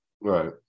right